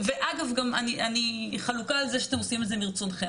אגב, אני חלוקה על זה שאתם עושים את זה מרצונכם.